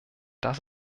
das